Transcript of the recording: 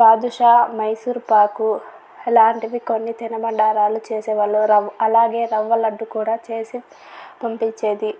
బాదుషా మైసూరుపాకు అలాంటివి కొన్ని తిని బండారాలు చేసేవాళ్ళు ర అలాగే రవ్వలడ్డు కూడా చేసి పంపిచ్చేది